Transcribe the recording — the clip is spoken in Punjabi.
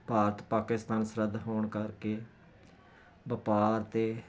ਭਾਰਤ ਪਾਕਿਸਤਾਨ ਸਰਹੱਦ ਹੋਣ ਕਰਕੇ ਵਪਾਰ ਅਤੇ